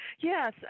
yes